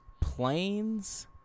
planes